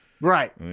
Right